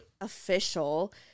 official